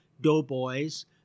doughboys